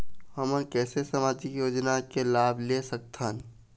हमन कैसे सामाजिक योजना के लाभ ले सकथन?